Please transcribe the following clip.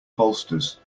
bolsters